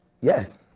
Yes